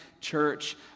church